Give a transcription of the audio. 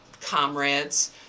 comrades